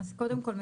קודם כול,